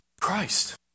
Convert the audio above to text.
Christ